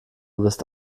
wirst